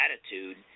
attitude